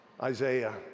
Isaiah